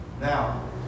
Now